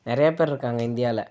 நிறைய பேர் இருக்காங்க இந்தியாவில்